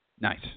Nice